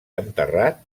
enterrat